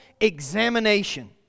examination